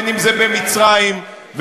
אם במצרים,